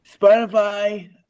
Spotify